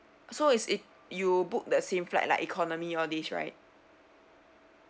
so is it you book the same flight like economy all this right